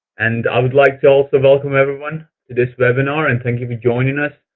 and i would like to also welcome everyone to this webinar and thank you for joining us.